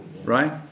Right